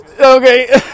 Okay